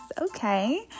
Okay